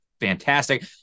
fantastic